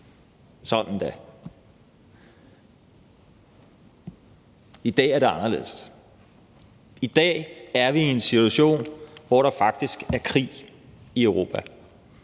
I dag er det anderledes, i dag er vi i en situation, hvor der faktisk er krig i Europa.